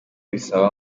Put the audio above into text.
bisaba